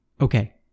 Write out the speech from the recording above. okay